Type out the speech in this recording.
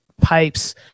pipes